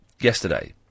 Yesterday